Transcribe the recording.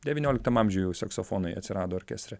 devynioliktam amžiuj jau saksofonai atsirado orkestre